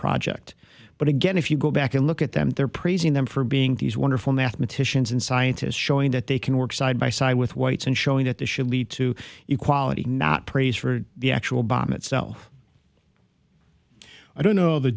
project but again if you go back and look at them they're praising them for being these wonderful mathematicians and scientists showing that they can work side by side with whites and showing that this should lead to equality not praise for the actual bomb itself i don't know the